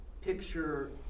picture